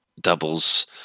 doubles